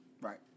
Right